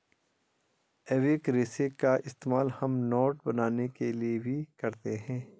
एबेक रेशे का इस्तेमाल हम नोट बनाने के लिए भी करते हैं